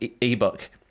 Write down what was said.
ebook